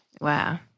Wow